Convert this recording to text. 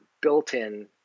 built-in